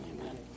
Amen